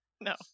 No